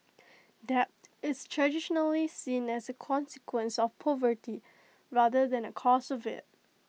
debt is traditionally seen as A consequence of poverty rather than A cause of IT